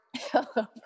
Hello